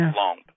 long